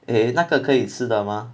诶那个可以吃的吗